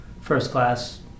first-class